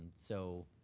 so,